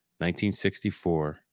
1964